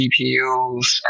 GPUs